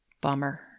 bummer